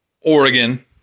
Oregon